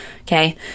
Okay